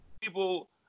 people